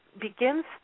begins